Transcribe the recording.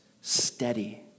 steady